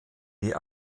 die